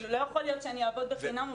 לא יכול להיות שאני אעבוד בחינם.